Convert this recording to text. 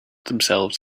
themselves